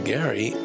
Gary